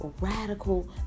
radical